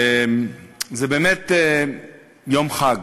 זה באמת יום חג.